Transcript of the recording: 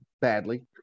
badly